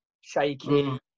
Shaking